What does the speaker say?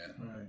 Right